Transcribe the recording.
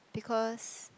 because